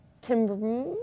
Timber